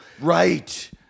right